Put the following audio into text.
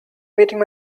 meeting